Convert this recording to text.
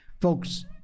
Folks